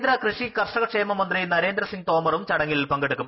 കേന്ദ്ര കൃഷി കർഷകക്ഷേമ മന്ത്രി നരേന്ദ്ര സിംഗ് തോമറും ചടങ്ങിൽ പങ്കെടുക്കും